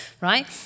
right